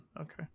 Okay